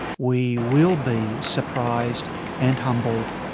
we will be surprised and humbled,